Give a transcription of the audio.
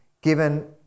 given